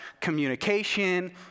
communication